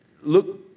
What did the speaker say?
look